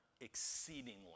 exceedingly